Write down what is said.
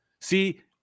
See